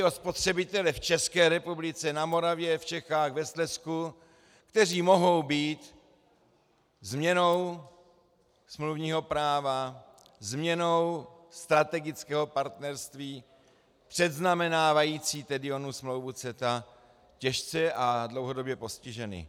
Jde i o spotřebitele v České republice na Moravě, v Čechách, ve Slezsku , kteří mohou být změnou smluvního práva, změnou strategického partnerství předznamenávající onu smlouvu CETA, těžce a dlouhodobě postiženi.